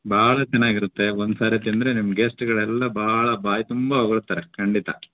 ಭಾಳ ಚೆನ್ನಾಗಿರುತ್ತೆ ಒಂದು ಸಾರಿ ತಿಂದರೆ ನಿಮ್ಮ ಗೇಸ್ಟ್ಗಳೆಲ್ಲ ಭಾಳ ಬಾಯಿತುಂಬ ಹೊಗಳ್ತಾರೆ ಖಂಡಿತ